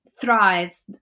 thrives